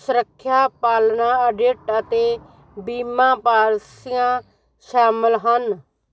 ਸੁਰੱਖਿਆ ਪਾਲਣਾ ਆਡਿਟ ਅਤੇ ਬੀਮਾ ਪਾਲਿਸੀਆਂ ਸ਼ਾਮਲ ਹਨ